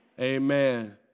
Amen